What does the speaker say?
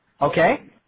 Okay